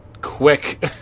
quick